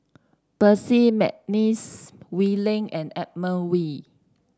Percy McNeice Wee Lin and Edmund Wee